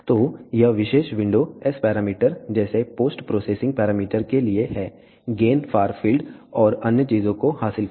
तो यह विशेष विंडो एस पैरामीटर जैसे पोस्ट प्रोसेसिंग पैरामीटर के लिए है गेन फार फील्ड और अन्य चीजों को हासिल करें